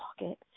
pocket